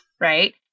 right